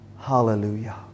Hallelujah